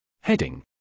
Heading